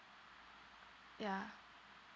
ya